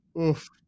Oof